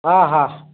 हा हा